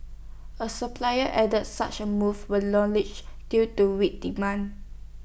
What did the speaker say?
A supplier added such A move was due to weak demand